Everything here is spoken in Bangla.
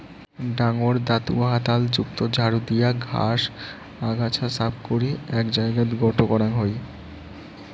ডাঙর দাতুয়া হাতল যুক্ত ঝাড়ু দিয়া ঘাস, আগাছা সাফ করি এ্যাক জাগাত গোটো করাং হই